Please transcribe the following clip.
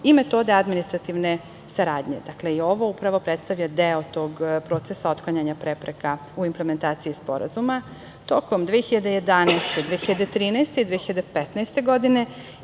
i metodom administrativne saradnje. Dakle, i ovo upravo predstavlja deo tog procesa otklanjanja prepreka u implementaciji sporazuma. Tokom 2011, 2013. i 2015. godine